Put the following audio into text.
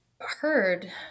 heard